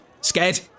Scared